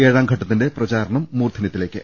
ഏഴാം ഘട്ടത്തിന്റെ പ്രചാരണം മൂർദ്ധനൃത്തിലേക്ക്